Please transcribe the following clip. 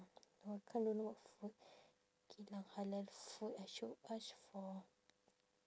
no I can't don't know what food geylang halal food I should ask for